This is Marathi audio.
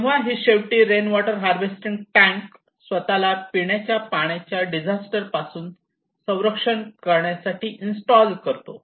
तेव्हा शेवटी तो ही रेन वॉटर हार्वेस्टिंग टॅंक स्वतःला पिण्याच्या पाण्याच्या डिझास्टर पासून संरक्षण करण्यासाठी इंस्टॉल करतो